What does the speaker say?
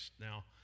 Now